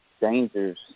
dangers